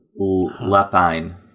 Lapine